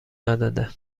نداده